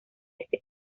este